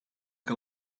que